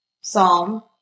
Psalm